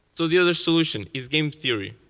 so the other solution is game theory.